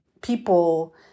people